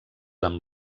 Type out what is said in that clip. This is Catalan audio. amb